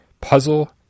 puzzle